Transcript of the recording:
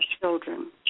children